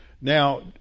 Now